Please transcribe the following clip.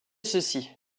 cecy